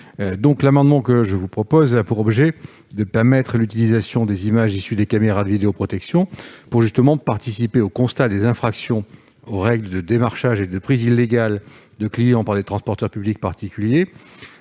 amendement a donc pour objet de permettre l'utilisation des images issues des caméras de vidéoprotection pour participer au constat des infractions aux règles de démarchage et de prise en charge illégale de clients par les transporteurs publics particuliers,